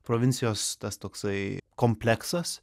provincijos tas toksai kompleksas